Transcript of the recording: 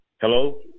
hello